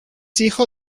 hijo